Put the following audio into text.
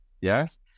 yes